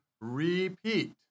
repeat